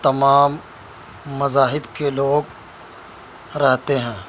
تمام مذاہب کے لوگ رہتے ہیں